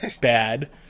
bad